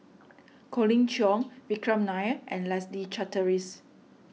Colin Cheong Vikram Nair and Leslie Charteris